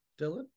Dylan